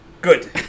good